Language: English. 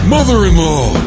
Mother-in-law